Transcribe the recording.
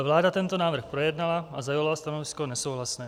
Vláda tento návrh projednala a zaujala stanovisko nesouhlasné.